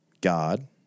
God